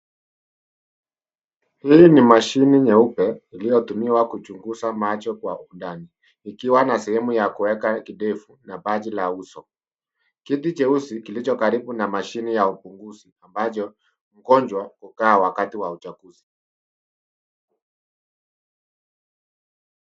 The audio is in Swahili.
Hili ni mashine nyeupe iliyotumiwa kuchunguza macho kwa undani ikiwa na sehemu ya kuweka kidevu na paji la uso. Kiti cheusi kilijo karibu na mashine ya uchunguzi ambacho mgonjwa hukaa wakati wa uchunguzi.